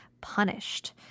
punished